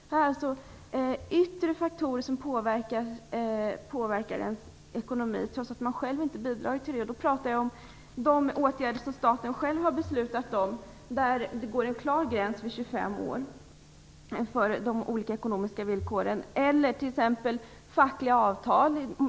Här är det alltså yttre faktorer som påverkar ens ekonomi, trots att man själv inte bidragit till det. Jag talar då om de åtgärder som staten själv har beslutat om, där det går en klar gräns vid 25 år för olika ekonomiska villkor. Detta gäller t.ex. också fackliga avtal.